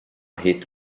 hit